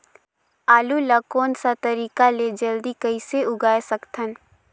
आलू ला कोन सा तरीका ले जल्दी कइसे उगाय सकथन?